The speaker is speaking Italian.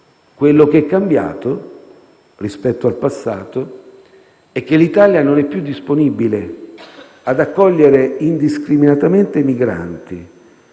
Quello che è cambiato, rispetto al passato, è che l'Italia non è più disponibile ad accogliere indiscriminatamente i migranti,